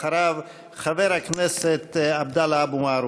אחריו, חבר הכנסת עבדאללה אבו מערוף.